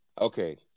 Okay